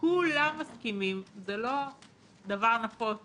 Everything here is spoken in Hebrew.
שכולם מסכימים, זה לא דבר נפוץ